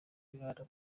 bw’imana